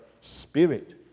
spirit